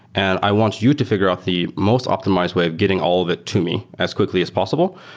and i want you to figure out the most optimized way of getting all of it to me as quickly as possible,